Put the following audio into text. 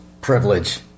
privilege